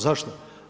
Zašto?